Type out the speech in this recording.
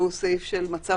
של מצב חירום,